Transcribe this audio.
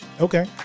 Okay